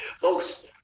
folks